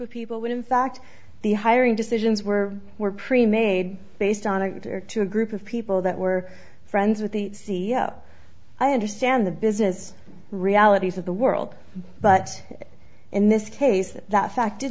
of people when in fact the hiring decisions were were pre made based on it or to a group of people that were friends with the c e o i understand the business realities of the world but in this case that fact